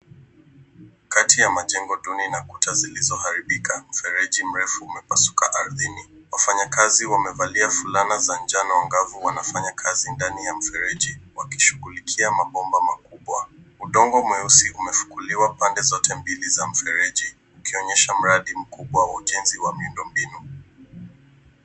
Kati ya majengo duni na kuta zilizoharibika, fereji mrefu umepasuka ardhini. Wafanyakazi wamevalia fulana za njano angavu wanafanya kazi ndani ya mfereji wakishughulikia mabomba makubwa. Udongo mweusi umefukuliwa pande zote mbili za mfereji ukionyesha mradi mkubwa wa ujenzi wa miundombinu.